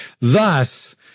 Thus